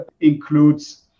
includes